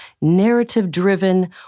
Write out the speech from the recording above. narrative-driven